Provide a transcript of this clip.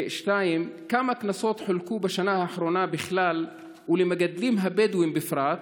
2. כמה קנסות חולקו בשנה האחרונה בכלל ולמגדלים הבדואים בפרט?